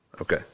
Okay